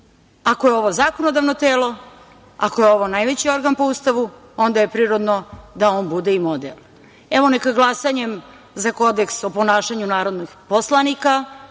je ovo zakonodavno telo, ako je ovo najveći organ po Ustavu, onda je prirodno da on bude i model. Evo, neka glasanjem za kodeks o ponašanju narodnih poslanika